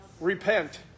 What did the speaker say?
Repent